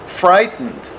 frightened